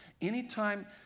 Anytime